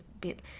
bit